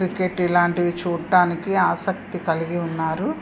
cricket ఇలాంటివి చూడడానికి ఆసక్తి కలిగి ఉన్నారు